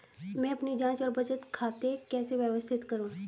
मैं अपनी जांच और बचत खाते कैसे व्यवस्थित करूँ?